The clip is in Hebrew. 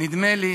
נדמה לי